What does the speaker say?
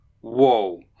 whoa